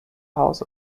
house